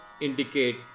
indicate